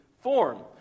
form